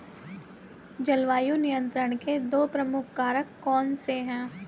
जलवायु नियंत्रण के दो प्रमुख कारक कौन से हैं?